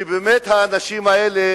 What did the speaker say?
שבאמת האנשים האלה